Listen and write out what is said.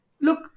look